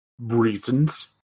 reasons